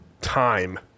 time